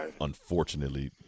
unfortunately